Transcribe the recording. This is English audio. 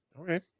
Okay